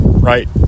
Right